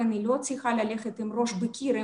היא לא צריכה ללכת עם ראש בקיר.